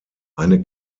eine